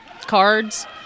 cards